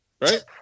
right